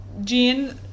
Jean